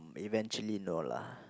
eventually no lah